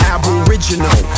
Aboriginal